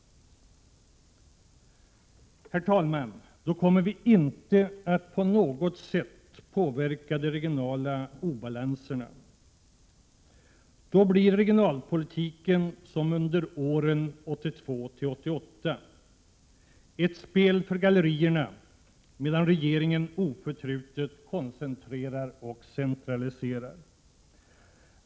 Herr talman! Då kommer vi inte att på något sätt påverka de regionala obalanserna. Då blir regionalpolitiken, som under åren 1982—1988, ett spel för gallerierna, medan regeringen oförtrutet koncentrerar och centraliserar.